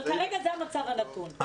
אבל כרגע זה המצב הנתון.